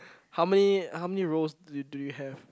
how many how many rows do you do you have